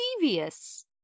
devious